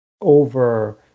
over